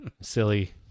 silly